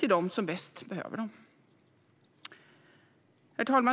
för dem som bäst behöver dem. Herr talman!